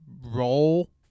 role